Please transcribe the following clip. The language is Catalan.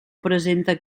presenta